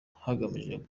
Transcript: hagamijwe